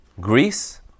Greece